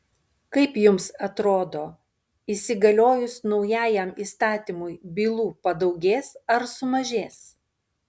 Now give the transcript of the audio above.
kaip jums atrodo įsigaliojus naujajam įstatymui bylų padaugės ar sumažės